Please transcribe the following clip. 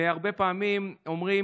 הרבה פעמים אומרים,